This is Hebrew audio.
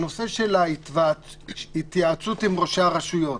הנושא של ההתייעצות עם ראשי הרשויות,